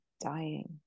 dying